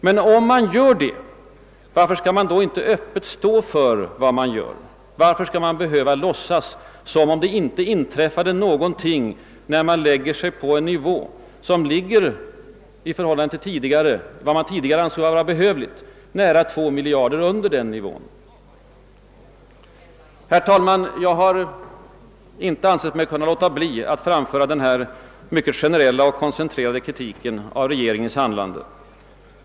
Men varför kan man inte öppet stå för vad man gör, varför skall man behöva låtsas som om det inte inträffade någonting när man lägger sig på en nivå, som med nära 2 miljarder kronor understiger den nivå som man tidigare ansåg behövlig? Herr talman! Jag har inte ansett mig kunna låta bli att framföra denna mycket generella och koncentrerade kritik av regeringens handlande.